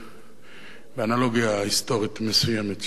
באנלוגיה היסטורית מסוימת, שצריך להבין אותה.